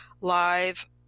live